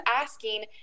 asking